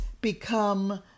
become